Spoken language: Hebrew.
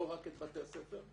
לא רק את בתי הספר,